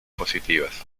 positivas